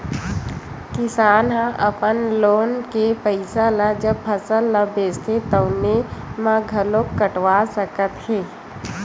किसान ह अपन लोन के पइसा ल जब फसल ल बेचथे तउने म घलो कटवा सकत हे